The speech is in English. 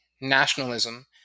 Nationalism